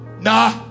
Nah